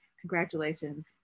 congratulations